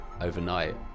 overnight